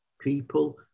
people